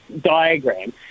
diagram